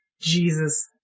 Jesus